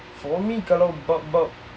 for me kalau bab-bab